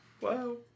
Wow